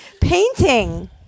Painting